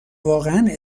واقعا